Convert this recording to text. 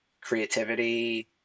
creativity